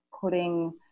putting